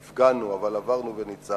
נפגענו, אבל עברנו וניצחנו.